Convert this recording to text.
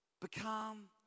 Become